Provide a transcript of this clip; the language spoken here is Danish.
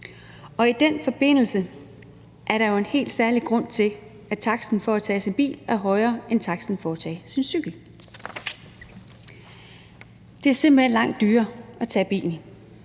I den forbindelse er der jo en helt særlig grund til, at taksten for at tage sin bil er højere end taksten for at tage sin cykel. Det er simpelt hen langt dyrere at tage bilen.